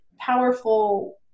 Powerful